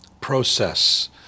process